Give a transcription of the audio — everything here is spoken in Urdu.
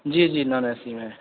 جی جی نان اے سی میں